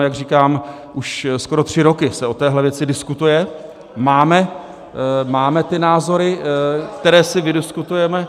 Jak říkám, už skoro tři roky se o téhle věci diskutuje, máme ty názory, které si vydiskutujeme.